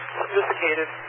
sophisticated